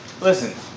Listen